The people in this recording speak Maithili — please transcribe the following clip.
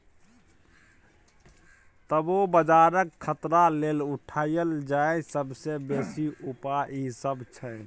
तबो बजारक खतरा लेल उठायल जाईल सबसे बेसी उपाय ई सब छै